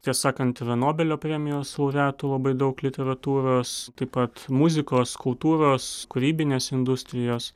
tiesą sakant yra nobelio premijos laureatų labai daug literatūros taip pat muzikos kultūros kūrybinės industrijos